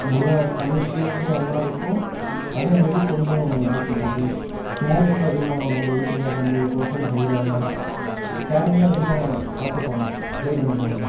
நல்லா சமைக்கிறதும் நல்லா இருக்கும் அதே மாரி கொஞ்சம் எப்படி சொல்வது கேரிங்கும் அதிகமாகும் நம்ம வீட்டுக்காரர் நம்ம இதுக்கு கோசரம் செய்கிறாங்க கேரிங்கும் அதிகமாக பார்த்துப்பாங்க டிரை பண்ணி பாருங்க